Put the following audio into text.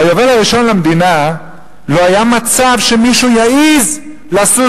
ביובל הראשון למדינה לא היה מצב שמישהו יעז לשוש